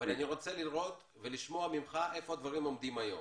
אבל אני רוצה לשמוע ממך איפה הדברים עומדים היום.